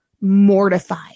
mortified